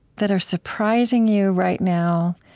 that are surprising you right now,